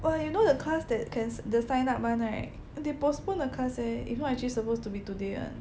!wah! you know the class that can the sign up one right they postpone the class leh if not actually supposed to be today [one]